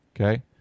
okay